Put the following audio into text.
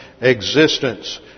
existence